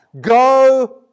go